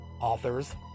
authors